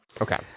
Okay